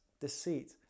deceit